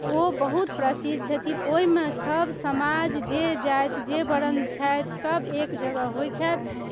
ओ बहुत प्रसिद्ध छथिन ओहिमे सभ समाज जे जाति जे बरन छथि सभ एक जगह होइ छथि